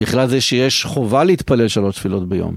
בכלל זה שיש חובה להתפלל שלוש תפילות ביום.